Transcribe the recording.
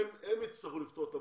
הם יצטרכו לפתור את הבעיה.